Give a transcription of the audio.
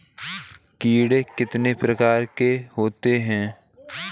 कीड़े कितने प्रकार के होते हैं?